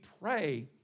pray